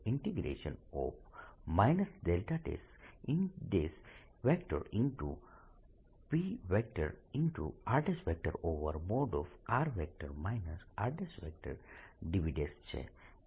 p r |r r|dv છે